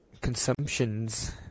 Consumptions